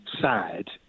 sad